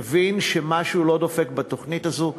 יבין שמשהו לא דופק בתוכנית הזאת,